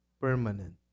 permanent